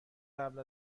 قبل